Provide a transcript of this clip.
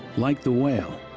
like the whale,